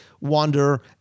wander